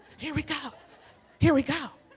here we go here we go